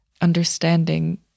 understanding